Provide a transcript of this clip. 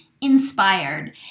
inspired